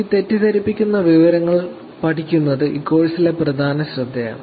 ഈ തെറ്റിദ്ധരിപ്പിക്കുന്ന വിവരങ്ങൾ പഠിക്കുന്നത് ഈ കോഴ്സിലെ പ്രധാന ശ്രദ്ധയാണ്